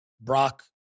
Brock